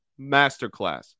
masterclass